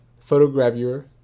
photogravure